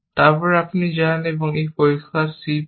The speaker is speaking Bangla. তারপর আপনি যান এবং এই পরিষ্কার c পপ